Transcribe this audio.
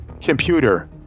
Computer